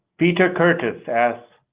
peter kurtiff asks,